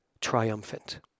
triumphant